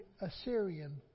Assyrian